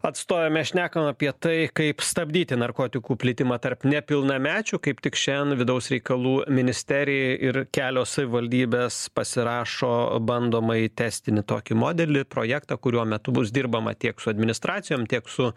atstovė mes šnekam apie tai kaip stabdyti narkotikų plitimą tarp nepilnamečių kaip tik šiandien vidaus reikalų ministerija ir kelios savivaldybės pasirašo bandomąjį testinį tokį modelį projektą kurio metu bus dirbama tiek su administracijom tiek su